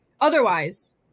Otherwise –